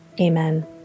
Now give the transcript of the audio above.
Amen